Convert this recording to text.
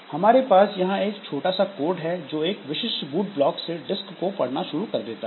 हमारे पास जहां एक छोटा सा कोड है जो एक विशिष्ट बूट ब्लॉक से डिस्क को पढ़ना शुरू कर देता है